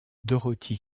dorothy